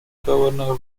governor